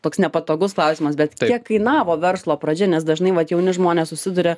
toks nepatogus klausimas bet kiek kainavo verslo pradžia nes dažnai vat jauni žmonės susiduria